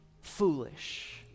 foolish